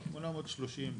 830 בערך.